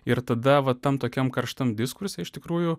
ir tada va tam tokiam karštam diskurse iš tikrųjų